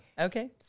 Okay